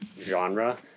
genre